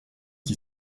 qui